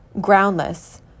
Groundless